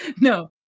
No